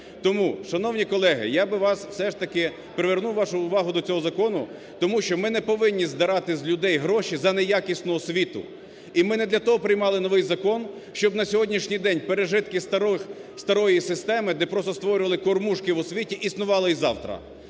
Тому, шановні колеги, я би вас все ж таки, привернув вашу увагу до цього закону. Тому що ми не повинні здирати з людей гроші за неякісну освіту. І ми не для того приймали новий закон, щоб на сьогоднішній день пережитки старої системи, де просто створювали кормушки в освіті, існувала і завтра.